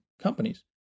companies